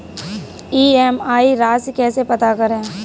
EMI राशि कैसे पता करें?